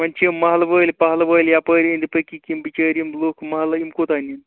وٕنۍ چھِ یِم مالہٕ وٲلۍ پہلہٕ وٲلۍ یَپٲرۍ أنٛدۍ پٔکۍ یِم بِچٲرۍ یِم لُک محلہٕ یِم کوٗتاہ نین